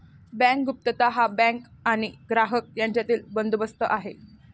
bank गुप्तता हा bank आणि ग्राहक यांच्यातील बंदोबस्त आहे